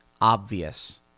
obvious